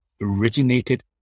originated